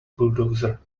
bulldozer